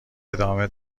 ادامه